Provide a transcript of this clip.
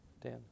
Dan